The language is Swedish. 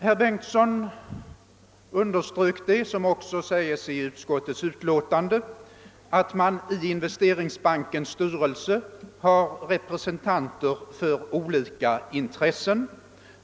Herr Bengtsson underströk — det sägs också i utskottsutlåtandet — att det i Investeringsbankens styrelse ingår representanter för olika intressen.